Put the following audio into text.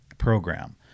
program